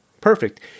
Perfect